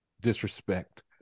disrespect